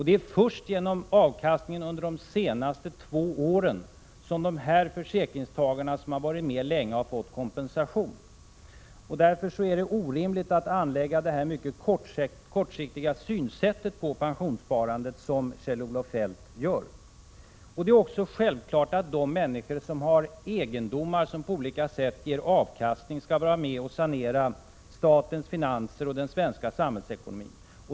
Det är först genom avkastningen under de senaste två åren som dessa försäkringstagare som varit med länge fått kompensation. Därför är det orimligt att anlägga det mycket kortsiktiga synsätt på pensionssparandet som Kjell-Olof Feldt gör. Det är också självklart att människor som har egendomar som på olika sätt ger avkastning skall vara med och sanera statens finanser och den svenska samhällsekonomin.